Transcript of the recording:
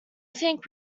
think